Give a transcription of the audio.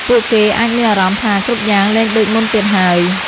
ពួកគេអាចមានអារម្មណ៍ថា គ្រប់យ៉ាងលែងដូចមុនទៀតហើយ។